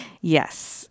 Yes